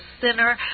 sinner